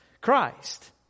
Christ